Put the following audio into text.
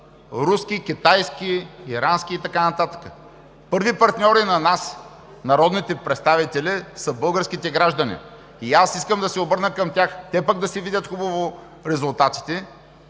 руски, китайски, ирански и така нататък. Първи партньори на нас, народните представители, са българските граждани. Аз искам да се обърна към тях, те да си видят хубаво резултатите